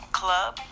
club